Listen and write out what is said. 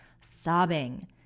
sobbing